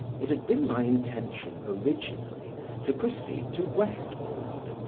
it had been my intention originally to proceed to westmoreland,